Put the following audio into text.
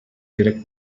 direct